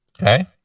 Okay